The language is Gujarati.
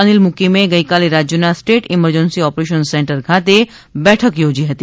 અનિલ મૂકીમે ગઇકાલે રાજ્યના સ્ટેટ ઇમરજન્સી ઓપરેશન સેન્ટર ખાતે બેઠક યોજી હતી